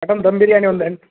mutton dum biryani ఉందండి